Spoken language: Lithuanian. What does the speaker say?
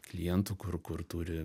klientų kur kur turi